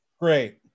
Great